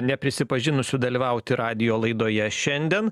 neprisipažinusių dalyvauti radijo laidoje šiandien